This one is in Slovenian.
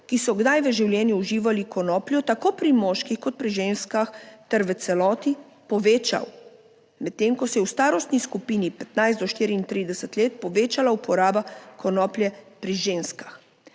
ki so kdaj v življenju uživali konopljo, tako pri moških kot pri ženskah ter v celoti povečal, medtem ko se je v starostni skupini 15 do 34 let povečala uporaba konoplje pri ženskah.